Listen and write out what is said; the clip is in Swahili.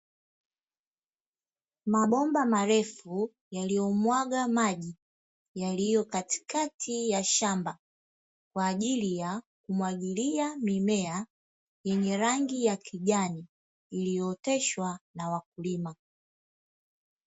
Mabomba marefu yaliyomwaga maji, yaliyo katikati ya shamba kwa ajili ya kumwagilia mimea, yenye rangi ya kijani iliyooteshwa na wakulima.